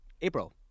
April